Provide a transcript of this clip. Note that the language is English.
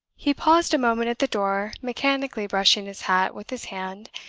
he paused a moment at the door, mechanically brushing his hat with his hand,